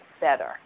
Better